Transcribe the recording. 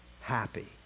happy